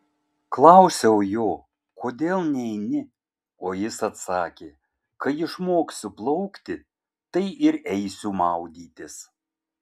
klausiau jo kodėl neini o jis atsakė kai išmoksiu plaukti tai ir eisiu maudytis